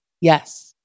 Yes